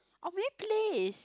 or maybe place